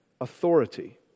authority